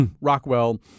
Rockwell